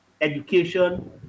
education